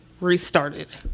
restarted